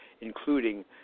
including